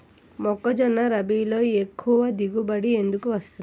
మొక్కజొన్న రబీలో ఎక్కువ దిగుబడి ఎందుకు వస్తుంది?